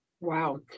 Wow